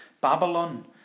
Babylon